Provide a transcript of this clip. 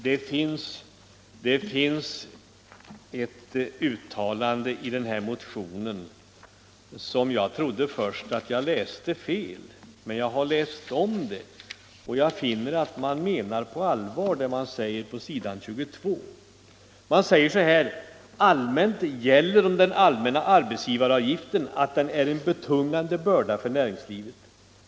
Det finns ett uttalande i denna motion som är sådant att jag först trodde att jag läste fel. Men jag har läst om det, och jag finner att ni på allvar menar vad som sägs på s. 22: ”Allmänt gäller om den allmänna arbetsgivaravgiften att den är en betungande börda för näringslivet.